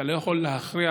אתה לא יכול להכריח,